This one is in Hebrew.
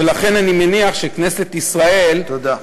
ולכן אני מניח שכנסת ישראל, תודה.